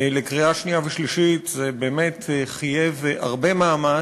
לקריאה שנייה ושלישית זה באמת חייב הרבה מאמץ,